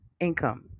income